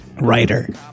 Writer